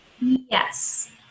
Yes